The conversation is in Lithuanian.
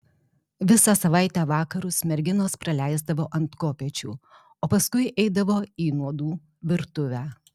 visą savaitę vakarus merginos praleisdavo ant kopėčių o paskui eidavo į nuodų virtuvę